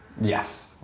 Yes